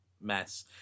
mess